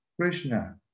Krishna